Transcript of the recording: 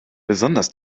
besonders